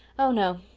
oh, no,